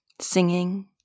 singing